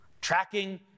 Tracking